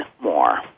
more